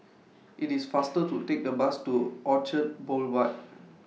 IT IS faster to Take The Bus to Orchard Boulevard